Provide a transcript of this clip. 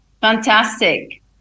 Fantastic